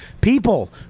people